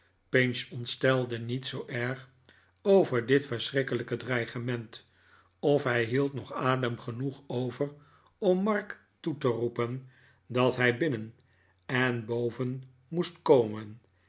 pinch ontstelde niet zoo erg over dit verschrikkelijke dreigement of hij hield nog adem genoeg over om mark toe te roepen dat hij binnen en boven moest komen